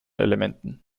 elementen